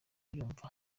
yumva